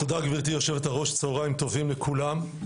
תודה גבירתי יושבת-הראש, צוהריים טובים לכולם.